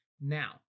now